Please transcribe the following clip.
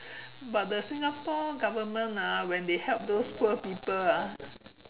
but they Singapore goverment ah when they help those poop people ah